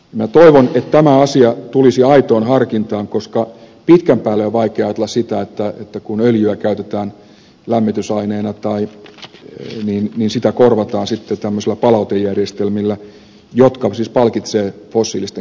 minä toivon että tämä asia tulisi aitoon harkintaan koska pitkän päälle on vaikea ajatella sitä että kun öljyä käytetään lämmitysaineena niin sitä korvataan sitten tämmöisillä palautejärjestelmillä jotka siis palkitsevat fossiilisten käyttöä